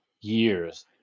years